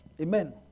Amen